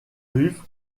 ruf